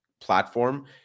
platform